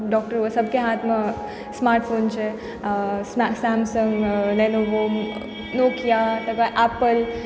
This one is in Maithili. डॉक्टर हुअए सबके हाथमे स्मार्ट फोन छै सैमसंग लेनेवो नोकिया तकरबाद एप्पल